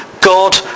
God